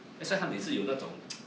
that's why 他每次有那种